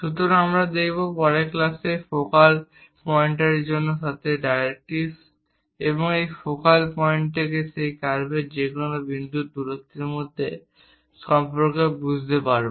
সুতরাং আমরা দেখব পরের ক্লাসে ফোকাল পয়েন্টের সাথে ডাইরেক্ট্রিক্স এবং এই ফোকাল পয়েন্ট থেকে সেই কার্ভর যেকোন বিন্দুর দূরত্বের মধ্যে সম্পর্ক বুঝতে পারব